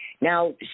Now